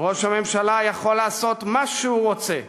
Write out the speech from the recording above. ראש הממשלה יכול לעשות מה שהוא רוצה,